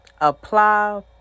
Apply